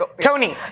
Tony